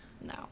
No